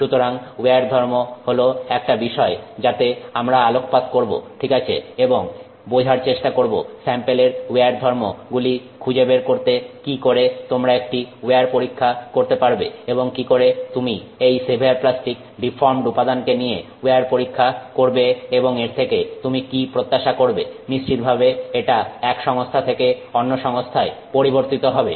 সুতরাং উইয়ার ধর্ম হল একটা বিষয় যাতে আমরা আলোকপাত করব ঠিক আছে এবং বোঝার চেষ্টা করব স্যাম্পেলের উইয়ার ধর্ম গুলি খুঁজে বের করতে কি করে তোমরা একটা উইয়ার পরীক্ষা করতে পারবে এবং কি করে তুমি এই সেভিয়ার প্লাস্টিক ডিফর্মড উপাদানকে নিয়ে উইয়ার পরীক্ষা করবে এবং এর থেকে তুমি কি প্রত্যাশা করবে নিশ্চিতভাবে এটা এক সংস্থা থেকে অন্য সংস্থায় পরিবর্তিত হবে